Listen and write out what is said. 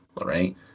right